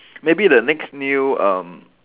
maybe the next new um